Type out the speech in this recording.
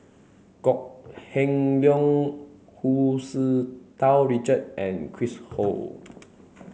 Kok Heng Leun Hu Tsu Tau Richard and Chris Ho